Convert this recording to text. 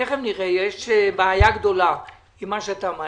חבר הכנסת קרעי,